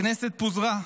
הכנסת פוזרה.